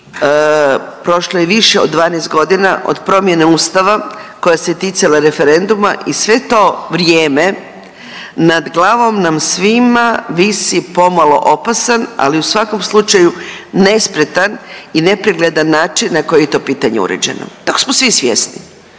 i prošlo je više od 12 godina od promjene Ustava koja se ticala referenduma i sve to vrijeme nad glavom nam svima visi pomalo opasan, ali u svakom slučaju nespretan i nepregledan način na koji je to pitanje uređeno, tog smo svi svjesni